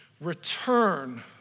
Return